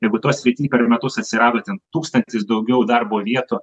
jeigu toj srity per metus atsirado ten tūkstantis daugiau darbo vietų